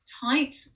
tight